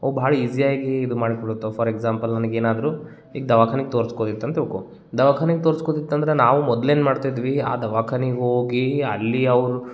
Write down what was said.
ಅವು ಭಾಳ ಈಜಿಯಾಗಿ ಇದು ಮಾಡಿಕೊಳ್ಳುತ್ತಾವೆ ಫಾರ್ ಎಕ್ಸಾಂಪಲ್ ನನಗೆ ಏನಾದರೂ ಈಗ ದವಾಖಾನಿಗೆ ತೋರ್ಸ್ಕೊದಿತ್ತು ಅಂತ ತಿಳ್ಕೊ ದವಾಖಾನೆಗೆ ತೋರ್ಸ್ಕೊದಿತ್ತು ಅಂದರೆ ನಾವು ಮೊದ್ಲು ಏನು ಮಾಡ್ತಿದ್ವಿ ಆ ದವಾಖಾನಿಗೆ ಹೋಗಿ ಅಲ್ಲಿ ಅವ್ರು